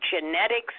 genetics